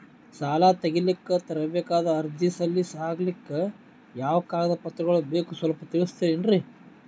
ಸಾಲ ತೆಗಿಲಿಕ್ಕ ತರಬೇಕಾದ ಅರ್ಜಿ ಸಲೀಸ್ ಆಗ್ಲಿಕ್ಕಿ ಯಾವ ಕಾಗದ ಪತ್ರಗಳು ಬೇಕು ಸ್ವಲ್ಪ ತಿಳಿಸತಿರೆನ್ರಿ?